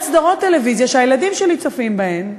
לראות אלא סדרות טלוויזיה שהילדים שלי צופים בהן,